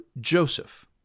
Joseph